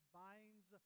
binds